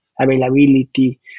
Availability